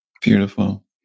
Beautiful